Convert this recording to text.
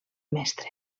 mestre